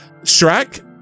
Shrek